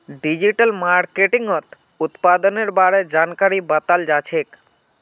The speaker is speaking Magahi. डिजिटल मार्केटिंगत उत्पादेर बारे जानकारी बताल जाछेक